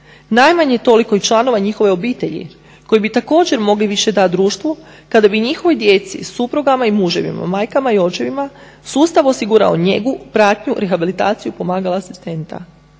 Najmanje i toliko i članova njihove obitelji koji bi također mogli više dati društvu kada bi njihovoj djeci, suprugama i muževima, majkama i očevima sustav osigurao njegu, pratnju, rehabilitaciju, pomagala, asistenta.